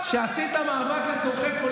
אמרת לי שהמאבק שלי צודק.